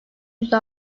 yüzde